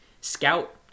Scout